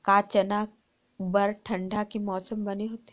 का चना बर ठंडा के मौसम बने होथे?